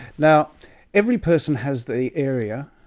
now every person has the area,